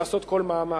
"לעשות כל מאמץ",